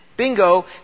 bingo